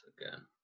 again